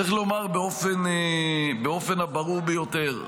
צריך לומר באופן הברור ביותר,